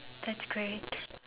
that's great